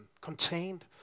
contained